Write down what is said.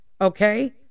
Okay